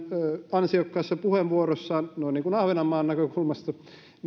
ansiokkaassa puheenvuorossaan noin niin kuin ahvenanmaan näkökulmasta